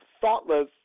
thoughtless